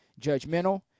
judgmental